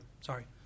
sorry